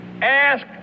Ask